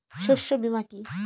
শস্য বীমা কি?